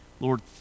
Lord